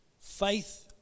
Faith